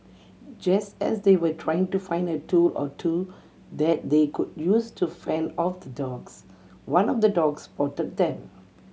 just as they were trying to find a tool or two that they could use to fend off the dogs one of the dogs spotted them